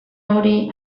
hori